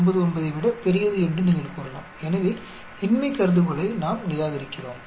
99 ஐ விட பெரியது என்று நீங்கள் கூறலாம் எனவே இன்மை கருதுகோளை நாம் நிராகரிக்கிறோம்